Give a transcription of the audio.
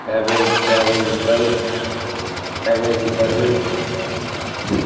cabbage cabbage fry cabbage curry